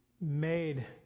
made